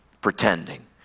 pretending